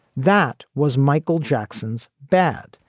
that was michael jackson's bad.